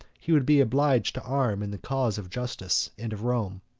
he should be obliged to arm in the cause of justice and of rome.